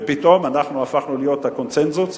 ופתאום אנחנו הפכנו להיות הקונסנזוס.